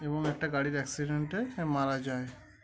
এবং একটা গাড়ির অ্যাক্সিডেন্টে মারা যায়